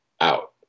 out